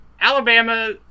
Alabama